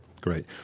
great